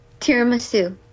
tiramisu